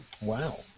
Wow